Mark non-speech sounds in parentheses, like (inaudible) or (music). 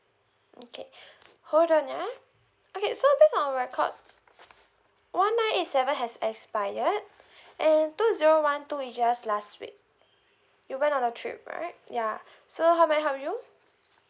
okay (breath) hold on yeah okay so based on our record one nine eight seven has expired and two zero one two is just last week you went on a trip right yeah so how may I help you